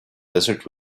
desert